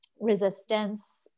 resistance